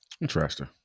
Interesting